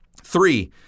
Three